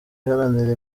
iharanira